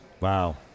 Wow